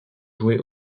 joué